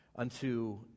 unto